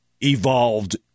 evolved